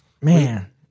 Man